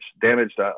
damaged